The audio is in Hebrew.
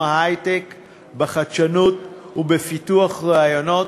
ההיי-טק בחדשנות ובפיתוח רעיונות,